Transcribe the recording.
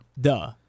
Duh